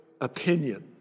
opinion